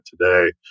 today